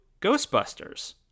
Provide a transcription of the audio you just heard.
Ghostbusters